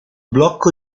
blocco